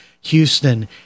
Houston